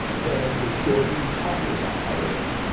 than to show me talking about how i did it.